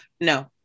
No